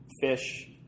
fish